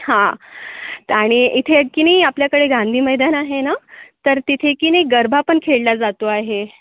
हा त आणि इथे की नाही आपल्याकडे गांधी मैदान आहे ना तर तिथे की नाही गरबा पण खेळल्या जातो आहे